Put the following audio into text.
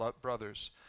brothers